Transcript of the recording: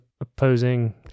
opposing